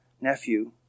nephew